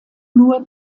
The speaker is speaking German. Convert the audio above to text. nur